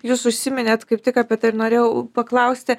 jūs užsiminėt kaip tik apie tai ir norėjau paklausti